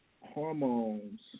hormones